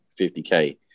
50K